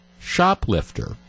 shoplifter